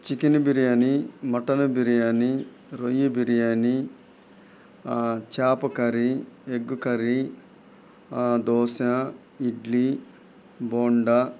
chicken biryani mutton biryani రొయ్యి బిర్యానీ చేప curry egg curry dosa idli bonda